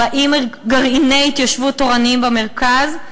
40 גרעיני התיישבות תורניים במרכז,